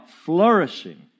flourishing